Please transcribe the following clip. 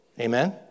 Amen